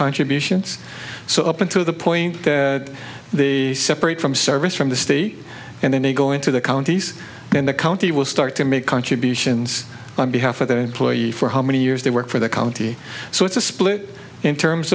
contributions so up until the point that the separate from service from the state and then they go into the counties then the county will start to make contributions on behalf of their employee for how many years they work for the county so it's a split in terms